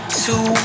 two